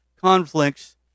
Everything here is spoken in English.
conflicts